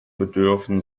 bedürfen